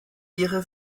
ihre